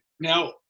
Now